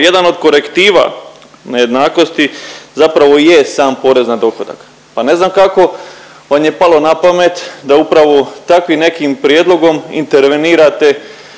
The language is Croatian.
jedan od korektiva nejednakosti zapravo i je sam porez na dohodak, pa ne znam kako vam je palo napamet da upravo takvim nekim prijedlogom intervenirate